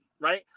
right